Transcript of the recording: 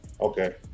Okay